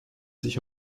sich